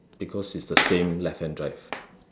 because is the same left hand drive